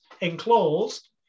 enclosed